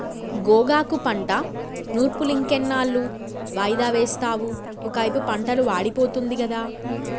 గోగాకు పంట నూర్పులింకెన్నాళ్ళు వాయిదా వేస్తావు ఒకైపు పంటలు వాడిపోతుంది గదా